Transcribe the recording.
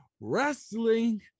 wrestling